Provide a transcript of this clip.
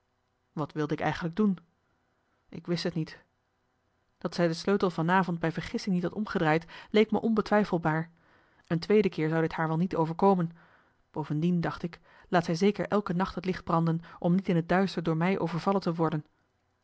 wat wilde ik eigenlijk doen ik wist t niet dat zij de sleutel van avond bij vergissing niet had omgedraaid leek me onbetwijfelbaar een tweede keer zou dit haar wel niet overkomen bovendien dacht ik laat zij zeker elke nacht het licht branden om niet in het duister door mij overvallen te worden